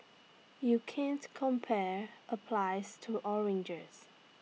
you can't compare applies to oranges